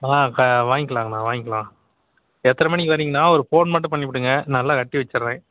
க வாங்கிக்கலாங்கண்ணா வாங்கிக்கலாம் எத்தனை மணிக்கு வர்றிங்கண்ணா ஒரு ஃபோன் மட்டும் பண்ணிப்புடுங்க நான் எல்லாம் வெட்டி வெச்சுட்றேன்